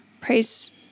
praise